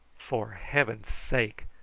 for heaven's sake,